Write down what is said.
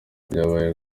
byabaye